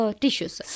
tissues।